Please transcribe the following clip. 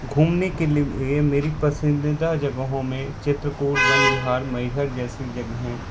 घूमने के लिए मेरी पसिंदीदा जगहों में चित्रकूट वन विहार मैहर जैसी जगह हैं